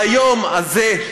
ביום הזה,